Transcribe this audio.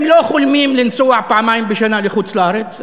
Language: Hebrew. הם לא חולמים לנסוע פעמיים בשנה לחוץ-לארץ,